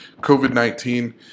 COVID-19